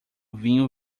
vinho